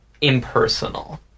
impersonal